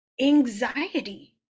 anxiety